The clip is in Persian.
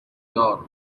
دار